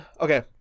Okay